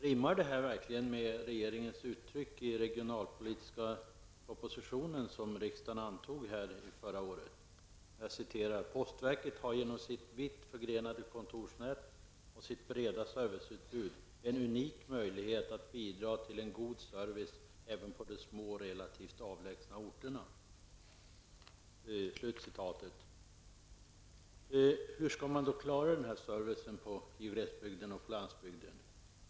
Rimmar detta verkligen med regeringens uttryck i den regionalpolitiska proposition som riksdagen antog förra året? Jag citerar: ''Postverket har genom sitt vitt förgrenade kontorsnät och sitt breda serviceutbud en unik möjlighet att bidra till en god service även på de små och relativt avlägsna orterna.'' Hur skall man klara denna service i glesbygden och på landsbygden?